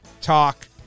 talk